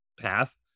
path